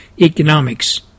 Economics